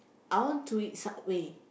I want to eat Subway